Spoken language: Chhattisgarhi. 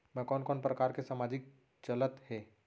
मैं कोन कोन प्रकार के सामाजिक चलत हे?